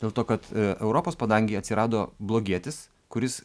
dėl to kad europos padangėj atsirado blogietis kuris